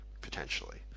potentially